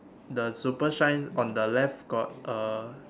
the super shine on the left got uh